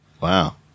Wow